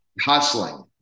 Hustling